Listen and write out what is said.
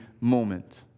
moment